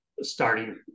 starting